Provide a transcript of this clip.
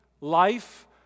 life